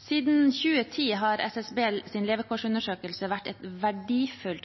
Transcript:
Siden 2010 har SSBs levekårsundersøkelse vært et verdifullt